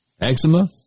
eczema